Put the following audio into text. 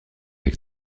avec